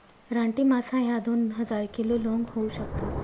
रानटी मासा ह्या दोन हजार किलो लोंग होऊ शकतस